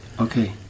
Okay